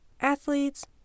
athletes